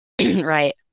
Right